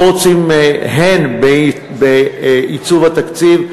גם בעיצוב התקציב.